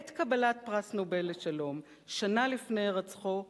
בעת קבלת פרס נובל לשלום, שנה לפני הירצחו,